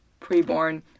preborn